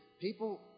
People